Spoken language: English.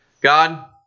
God